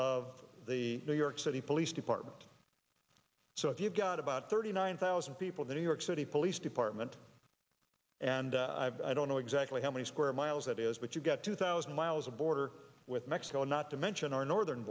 of the new york city police department so if you've got about thirty nine thousand people the new york city police department and i don't know exactly how many square miles that is but you've got two thousand miles of border with mexico not to mention our northern